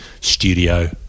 Studio